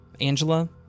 Angela